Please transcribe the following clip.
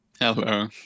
Hello